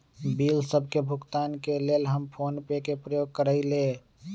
bill सभ के भुगतान के लेल हम फोनपे के प्रयोग करइले